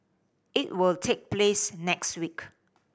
it will take place next week